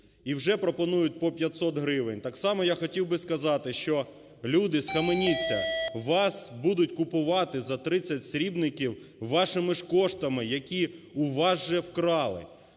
і вже пропонують по 500 гривень. Так само я хотів би сказати, що люди, схаменіться. Вас будуть купувати за "30 срібників" вашими ж коштами, які у вас же вкрали.